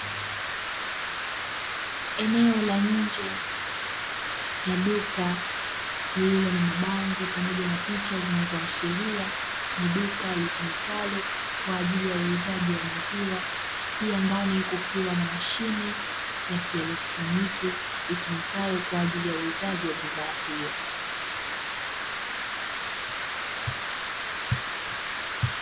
Eneo la nje ya duka lililo na mabango pamoja na picha zinazoashiria ni duka litumikalo kwa ajili ya uuzaji wa maziwa, pia ndani kukiwa na mashine ya kielektroniki, itumikayo kwa ajili ya uuzaji wa bidhaa hiyo.